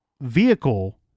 vehicle